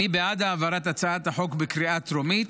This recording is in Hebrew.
אני בעד העברת הצעת החוק בקריאה הטרומית,